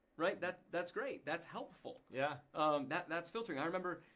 right. that's that's great, that's helpful, yeah that's that's filtering. i remember,